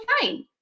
fine